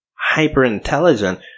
hyper-intelligent